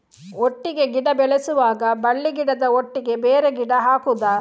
ಒಟ್ಟಿಗೆ ಗಿಡ ಬೆಳೆಸುವಾಗ ಬಳ್ಳಿ ಗಿಡದ ಒಟ್ಟಿಗೆ ಬೇರೆ ಗಿಡ ಹಾಕುದ?